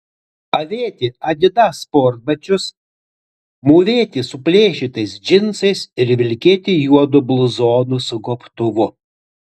avėti adidas sportbačius mūvėti suplėšytais džinsais ir vilkėti juodu bluzonu su gobtuvu